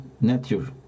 nature